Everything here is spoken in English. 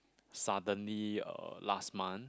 suddenly uh last month